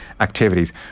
activities